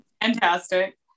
Fantastic